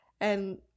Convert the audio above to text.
and-